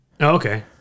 Okay